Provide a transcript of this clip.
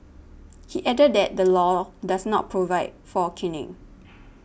he added that the law does not provide for caning